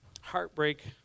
heartbreak